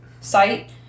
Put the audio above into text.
site